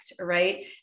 right